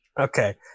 Okay